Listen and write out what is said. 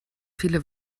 viele